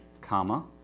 comma